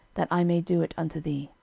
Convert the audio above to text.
that i may do it unto thee.